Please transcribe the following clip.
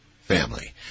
family